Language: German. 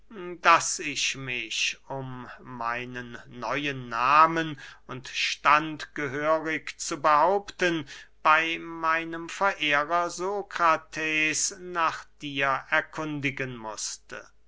daß ich mich um meinen neuen nahmen und stand gehörig zu behaupten bey meinem verehrer sokrates nach dir erkundigen mußte